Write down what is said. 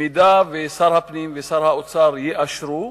אם שר הפנים ושר האוצר יאשרו,